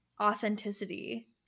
authenticity